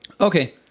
Okay